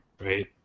right